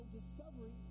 discovery